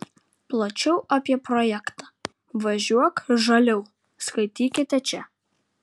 plačiau apie projektą važiuok žaliau skaitykite čia